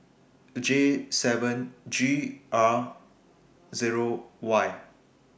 J seven G R Zero Y